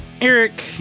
Eric